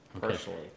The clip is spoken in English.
personally